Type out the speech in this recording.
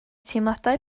teimladau